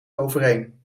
overeen